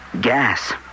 gas